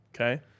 Okay